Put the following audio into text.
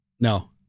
No